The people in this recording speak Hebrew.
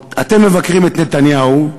אתם מבקרים את נתניהו,